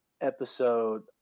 episode